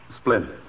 Splendid